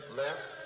left